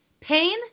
pain